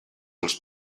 els